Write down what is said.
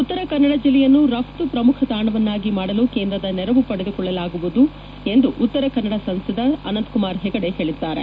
ಉತ್ತರಕನ್ನಡ ಜಿಲ್ಲೆಯನ್ನು ರಫ್ತು ಪ್ರಮುಖ ತಾಣವನ್ನಾಗಿ ಮಾಡಲು ಕೇಂದ್ರದ ನೆರವು ಪಡೆದುಕೊಳ್ಳಲಾಗುವುದು ಪಡಿಸಲಾಗುವುದು ಎಂದು ಉತ್ತರ ಕನ್ನಡ ಸಂಸದ ಅನಂತಕುಮಾರ್ ಹೆಗಡೆ ಹೇಳಿದ್ದಾರೆ